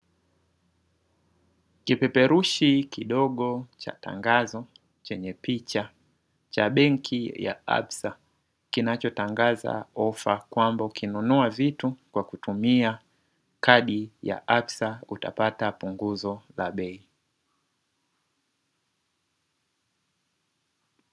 Kipeperushi kidogo cha tangazo chenye picha cha benki ya ABSA kinachotangaza ofa kwamba ukinunua vitu kwa kutumia kadi ya ABSA utapata punguzo la bei.